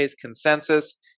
consensus